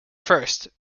first